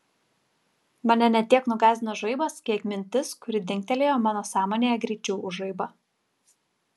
mane ne tiek nugąsdino žaibas kiek mintis kuri dingtelėjo mano sąmonėje greičiau už žaibą